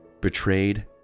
betrayed